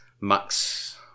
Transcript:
Max